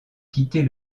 quitter